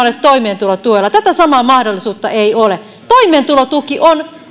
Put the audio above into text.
olet toimeentulotuella tätä samaa mahdollisuutta ei ole toimeentulotuki on